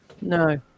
No